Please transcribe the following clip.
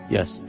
Yes